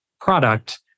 product